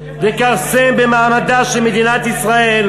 לכרסם במעמדה של מדינת ישראל,